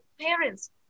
parents